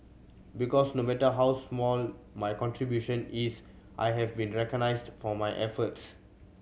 because no matter how small my contribution is I have been recognised for my efforts